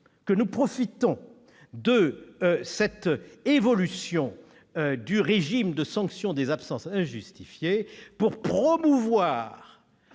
que nous profitons de cette évolution du régime de sanctions des absences injustifiées pour promouvoir